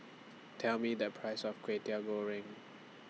Tell Me The Price of Kway Teow Goreng